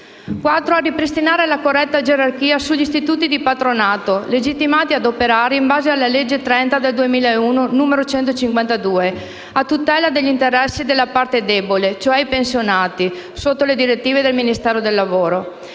di ripristinare la corretta gerarchia sugli istituti di patronato, legittimati ad operare, in base alla legge n. 152 del 30 marzo 2001, a tutela degli interessi della parte debole, cioè i pensionati, sotto le direttive del Ministero del lavoro.